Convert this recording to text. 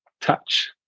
touch